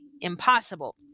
impossible